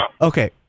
Okay